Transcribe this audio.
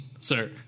sir